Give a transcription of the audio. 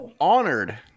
honored